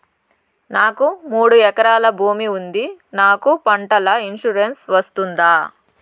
నాకు మూడు ఎకరాలు భూమి ఉంది నాకు పంటల ఇన్సూరెన్సు వస్తుందా?